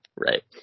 right